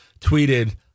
tweeted